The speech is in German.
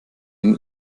dem